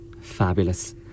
fabulous